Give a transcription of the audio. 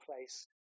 place